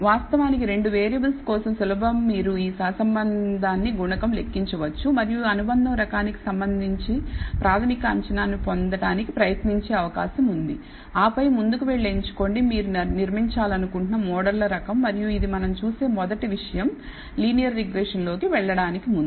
వాస్తవానికి 2 వేరియబుల్స్ కోసం మీరు ఈ సహసంబంధం గుణకం లెక్కించవచ్చు సులభంగామరియు అనుబంధం రకానికి సంబంధించి ప్రాథమిక అంచనాను పొందడానికి ప్రయత్నించే అవకాశం ఉంది ఆపై ముందుకు వెళ్లి ఎంచుకోండి మీరు నిర్మించాలనుకుంటున్న మోడళ్ల రకం మరియు ఇది మనం చూసే మొదటి విషయం లీనియర్ రిగ్రెషన్లోకి వెళ్లడానికి ముందు